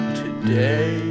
today